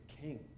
king